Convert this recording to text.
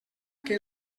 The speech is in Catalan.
que